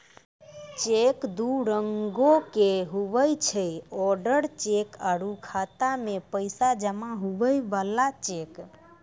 cheque दू रंगोके हुवै छै ओडर चेक आरु खाता मे पैसा जमा हुवै बला चेक